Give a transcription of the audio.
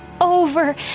over